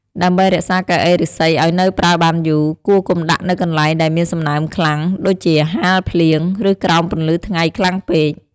ដើម្បីរក្សាកៅអីឫស្សីឲ្យនៅប្រើបានយូរ គួរកុំដាក់នៅកន្លែងដែលមានសំណើមខ្លាំង ដូចជាហាលភ្លៀង ឬក្រោមពន្លឺថ្ងៃខ្លាំងពេក។